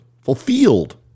Fulfilled